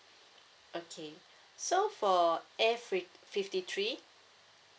okay so for A fi~ fifty three